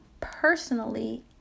personally